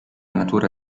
natura